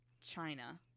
China